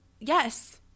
yes